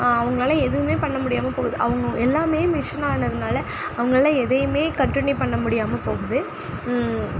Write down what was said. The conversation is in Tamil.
அவங்களால எதுவுமே பண்ணமுடியாம போகுது அவங்க எல்லாமே மிஷினானதுனால் அவங்கள்ல எதையுமே கண்டினியு பண்ண முடியாம போகுது